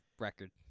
record